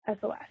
SOS